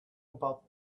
about